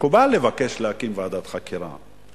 מקובל לבקש להקים ועדת חקירה,